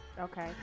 Okay